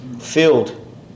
filled